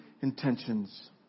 intentions